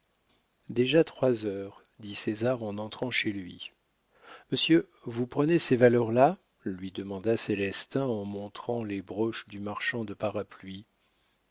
déjà trois heures dit césar en entrant chez lui monsieur vous prenez ces valeurs là lui demanda célestin en montrant les broches du marchand de parapluies